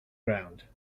ground